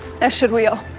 as should we all.